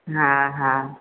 हा हा